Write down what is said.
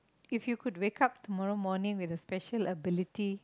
if you could wake up tomorrow morning with a special ability